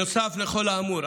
נוסף לכל האמור,